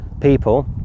people